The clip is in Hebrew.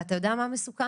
אתה יודע מה מסוכן?